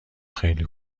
خیلی